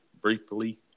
briefly